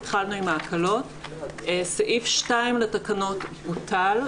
סעיף 2 לתקנות בוטל.